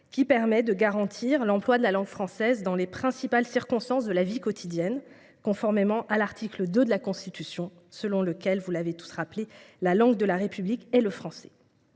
qui permet de garantir l’emploi de la langue française dans les principales circonstances de la vie quotidienne, conformément à l’article 2 de la Constitution, selon lequel, vous l’avez tous rappelé, la langue de la République est le français.